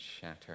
shatter